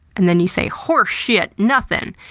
and then you say, horseshit. nothin'!